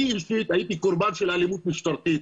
אני אישית הייתי קורבן של אלימות משטרתית.